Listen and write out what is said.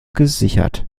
gesichert